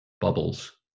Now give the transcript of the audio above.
bubbles